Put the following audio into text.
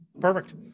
Perfect